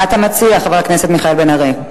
מה אתה מציע, חבר הכנסת מיכאל בן-ארי?